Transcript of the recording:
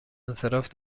انصراف